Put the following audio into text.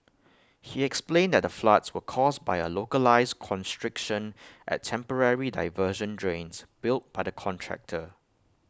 he explained that the floods were caused by A localised constriction at temporary diversion drains built by the contractor